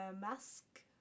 mask